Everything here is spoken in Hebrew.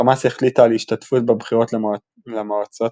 חמאס החליטה על השתתפות בבחירות למועצות